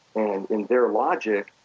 and in their logic,